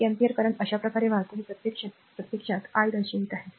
एक ampere current अशा प्रकारे वाहतो हे प्रत्यक्षात हे i दर्शवित आहे